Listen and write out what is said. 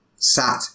sat